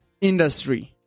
industry